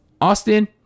Austin